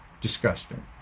Disgusting